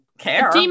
care